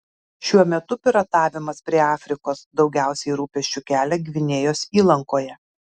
šiuo metu piratavimas prie afrikos daugiausiai rūpesčių kelia gvinėjos įlankoje